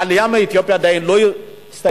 העלייה מאתיופיה עדיין לא הסתיימה.